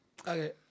okay